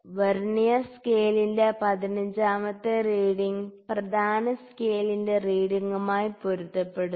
vernier സ്കെയിലിന്റെ പതിനഞ്ചാമത്തെ reading പ്രധാന സ്കെയിലിന്റെ റീഡിങ്ങുമായി പൊരുത്തപ്പെടുന്നു